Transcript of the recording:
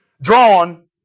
drawn